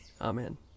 Amen